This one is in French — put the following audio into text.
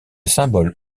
symbole